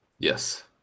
Yes